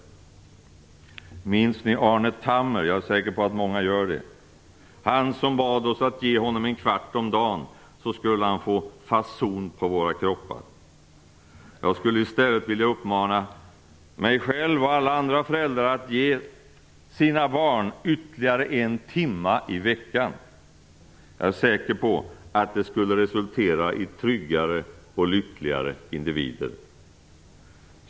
Minns ni Arne Tammer - jag är säker på att många gör det - han som bad oss att ge honom en kvart om dagen, så skulle han få fason på våra kroppar? Jag skulle i stället vilja uppmana mig själv och alla andra föräldrar att ge de egna barnen ytterligare en timme i veckan. Jag är säker på att det skulle resultera i tryggare och lyckligare individer.